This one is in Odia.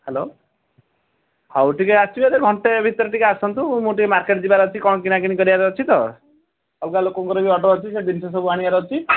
ହ୍ୟାଲୋ ହଉ ଟିକିଏ ଆସିବେ ଯେ ଘଣ୍ଟେ ଭିତରେ ଟିକିଏ ଆସନ୍ତୁ ମୁଁ ଟିକିଏ ମାର୍କେଟ୍ ଯିବାର ଅଛି କ'ଣ କିଣା କିଣି କରିବାର ଅଛି ତ ଅଲଗା ଲୋକଙ୍କର ବି ଅର୍ଡ଼ର୍ ଅଛି ସେ ଜିନିଷ ସବୁ ଆଣିବାର ଅଛି